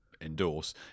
endorse